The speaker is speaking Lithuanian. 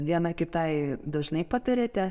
viena kitai dažnai patariate